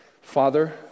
Father